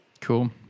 cool